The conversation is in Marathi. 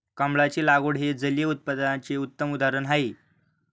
कमळाची लागवड हे जलिय उत्पादनाचे उत्तम उदाहरण आहे